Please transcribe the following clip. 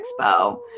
Expo